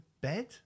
bed